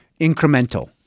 incremental